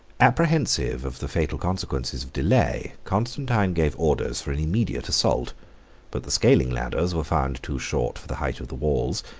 apprehensive of the fatal consequences of delay, constantine gave orders for an immediate assault but the scaling-ladders were found too short for the height of the walls,